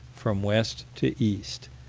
from west to east,